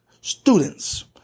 students